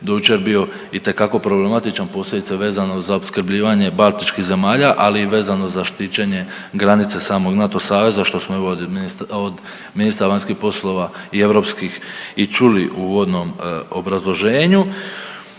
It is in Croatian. jučer bio itekako problematičan, posebice vezano za opskrbljivanje baltičkih zemalja, ali i vezano za štićenje granice samog NATO saveza što smo evo od ministra vanjskih poslova i europskih i čuli u uvodnom obrazloženju.